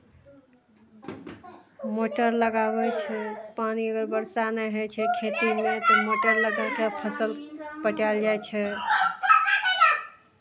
motor लगाबै छै पानि अगर बरसा नहि होइ छै खेतीमे तऽ मोटर लगा कऽ फसल पटायल जाइ छै